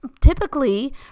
Typically